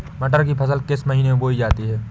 मटर की फसल किस महीने में बोई जाती है?